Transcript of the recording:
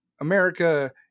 America